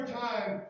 time